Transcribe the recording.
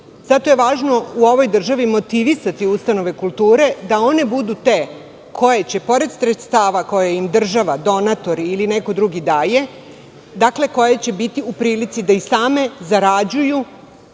Zato je važno u ovoj državi motivisati ustanove kulture da one budu te koje će, pored sredstava koje im država, donatori ili neko drugi daje, biti u prilici da same zarađuju